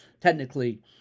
technically